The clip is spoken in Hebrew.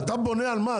אתה בונה על מה?